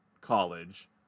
college